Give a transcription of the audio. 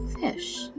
fish